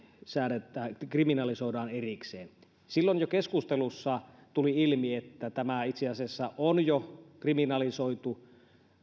kriminalisoidaan erikseen jo silloin keskustelussa tuli ilmi että tämä itse asiassa on jo kriminalisoitu